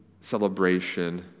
celebration